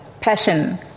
passion